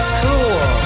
cool